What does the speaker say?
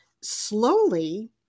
slowly